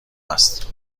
است